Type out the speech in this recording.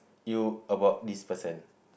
you about this person